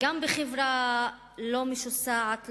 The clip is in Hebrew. גם בחברה לא משוסעת,